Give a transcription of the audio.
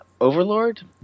overlord